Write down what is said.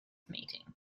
meeting